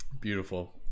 Beautiful